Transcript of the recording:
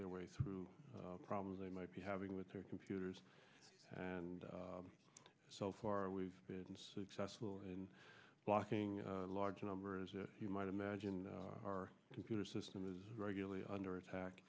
their way through the problems they might be having with their computers and so far we've been successful in blocking large numbers that you might imagine our computer system is regularly under attack